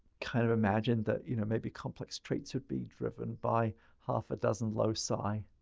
kind of imagined that, you know, maybe complex traits would be driven by half a dozen loci.